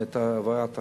את העברת החוק.